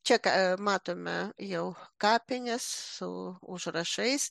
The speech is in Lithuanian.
čia ką matome jau kapinės su užrašais